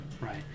right